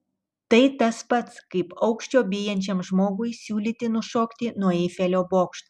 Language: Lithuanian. tai tas pats kaip aukščio bijančiam žmogui siūlyti nušokti nuo eifelio bokšto